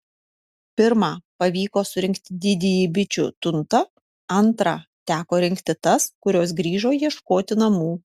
pirmą pavyko surinkti didįjį bičių tuntą antrą teko rinkti tas kurios grįžo ieškoti namų